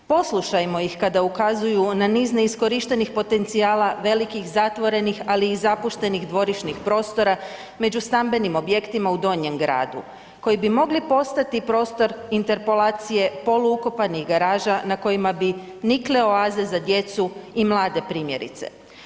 Poslušajmo ih kada ukazuju na niz neiskorištenih potencijala velikih zatvorenih, ali i zapuštenih dvorišnih prostora među stambenim objektima u donjem gradu koji bi mogli postati prostor interpolacije polu ukopanih garaža na kojima bi nikle oaze za djecu i mlade primjerice.